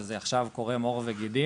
וזה עכשיו קורם עור וגידים,